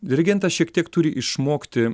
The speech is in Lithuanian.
dirigentas šiek tiek turi išmokti